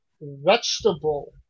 vegetable